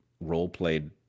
role-played